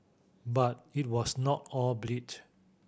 but it was not all bleat